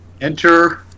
enter